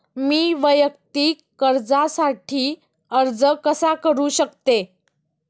मी वैयक्तिक कर्जासाठी अर्ज कसा करु शकते?